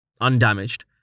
undamaged